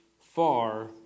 far